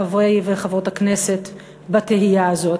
חברי וחברות הכנסת בתהייה הזאת,